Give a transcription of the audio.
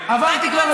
עברתי כבר,